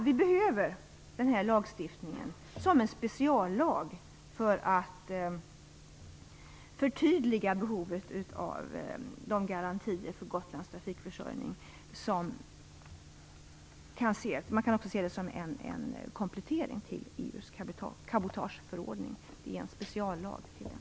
Vi behöver den här lagstiftningen som en speciallag för att förtydliga behovet av de garantier för Gotlands trafikförsörjning som finns. Man kan också se det som en komplettering till EU:s cabotageförordning. Det är en speciallag till den.